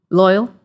loyal